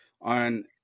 on